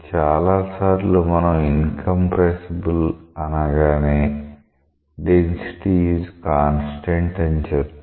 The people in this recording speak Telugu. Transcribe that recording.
చాలాసార్లు మనం ఇన్ కంప్రెసిబుల్ అని అనగానే డెన్సిటీ ఈజ్ కాన్స్టెంట్ అని చెప్తాం